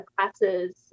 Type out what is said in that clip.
classes